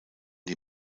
die